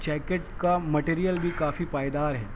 jacket کا material بھی کافی پائیدار ہے